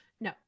no